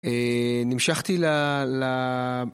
נמשכתי ל...